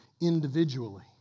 individually